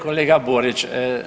Kolega Borić…